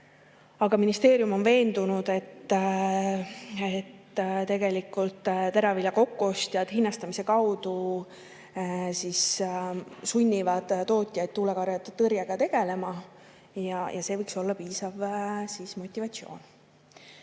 Aga ministeerium on veendunud, et tegelikult teravilja kokkuostjad hinnastamise kaudu sunnivad tootjaid tuulekaera tõrjega tegelema ja see võiks olla piisav motivatsioon.